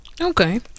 Okay